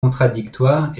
contradictoires